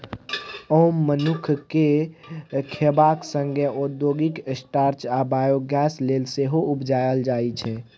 ओन मनुख केँ खेबाक संगे औद्योगिक स्टार्च आ बायोगैस लेल सेहो उपजाएल जाइ छै